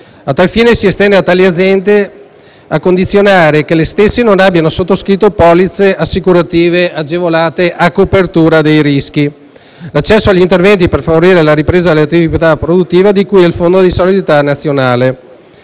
A tal fine, si estende a tali aziende - a condizione che le stesse non abbiano sottoscritto polizze assicurative agevolate a copertura dei rischi - l'accesso agli interventi per favorire la ripresa dell'attività produttiva di cui al Fondo di solidarietà nazionale.